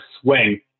swing